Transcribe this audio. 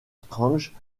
strange